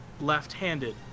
left-handed